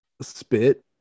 spit